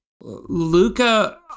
Luca